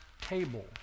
table